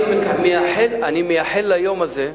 אני מייחל ליום הזה,